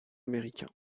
américain